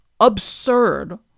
absurd